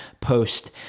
post